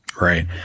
right